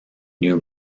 new